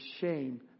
shame